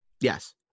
Yes